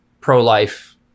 pro-life